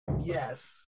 Yes